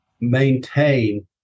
maintain